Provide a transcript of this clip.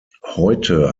heute